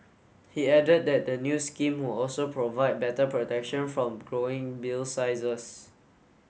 he added that the new scheme will also provide better protection from growing bill sizes